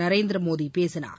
நரேந்திரமோடி பேசினார்